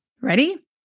Ready